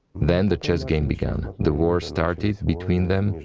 then the chess games began, the wars started between them,